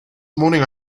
morning